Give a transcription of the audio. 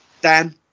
Dan